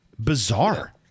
bizarre